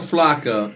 Flocka